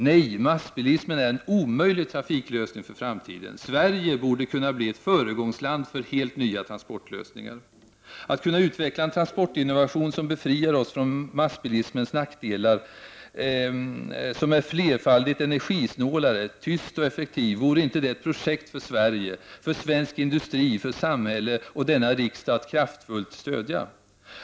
Nej, massbilismen är en omöjlig trafiklösning för framtiden. Sverige borde kunna bli ett föregångsland för helt nya transportlösningar. Att kunna utveckla en transportinnovation som befriar oss från massbilismens nackdelar, som är flerfaldigt energisnålare, tyst och effektiv — vore inte det ett projekt för Sverige, för svensk industri, för samhälle och denna riksdag att kraftfullt stödja?